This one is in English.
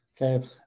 Okay